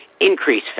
increase